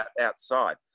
outside